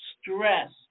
stress